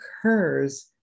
occurs